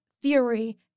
Theory